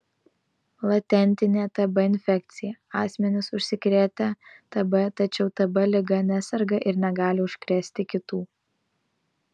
latentinė tb infekcija asmenys užsikrėtę tb tačiau tb liga neserga ir negali užkrėsti kitų